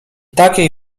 takiej